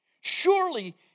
Surely